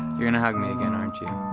you're gonna hug me again, aren't you?